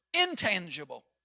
Intangible